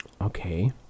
Okay